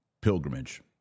pilgrimage